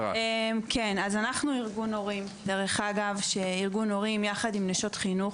אנחנו ארגון הורים יחד עם נשות חינוך.